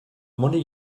money